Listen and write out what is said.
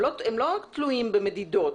הם לא תלויים במדידות.